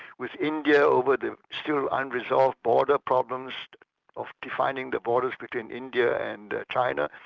with india over the still unresolved border problems of defining the borders between india and china,